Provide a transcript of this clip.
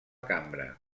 cambra